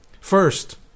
First